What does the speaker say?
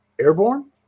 Airborne